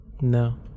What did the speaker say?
No